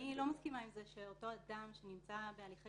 אני לא מסכימה עם זה שאותו אדם שנמצא בהליכי